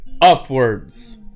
upwards